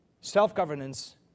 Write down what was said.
self-governance